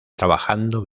trabajando